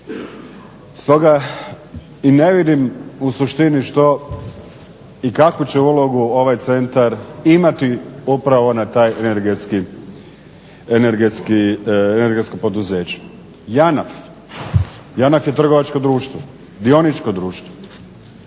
Stoga i ne vidim u suštini što i kakvu će ulogu ovaj centar imati upravo na to energetsko poduzeće. JANAF je trgovačko društvo, dioničko društvo.